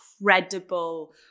incredible